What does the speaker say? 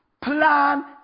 Plan